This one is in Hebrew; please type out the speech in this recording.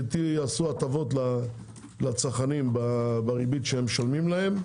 שיעשו הטבות לצרכנים בריבית שמשלמים להם.